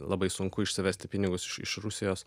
labai sunku išsivesti pinigus iš iš rusijos